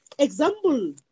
Example